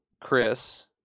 Chris